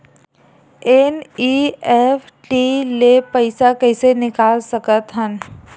NEFT ले पईसा कइसे निकाल सकत हन?